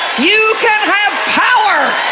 you can have power.